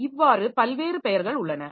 இவ்வாறு பல்வேறு பெயர்கள் உள்ளன